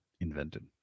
invented